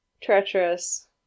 Treacherous